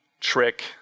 trick